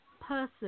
person